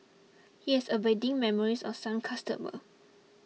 he has abiding memories of some customer